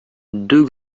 deux